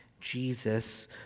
Jesus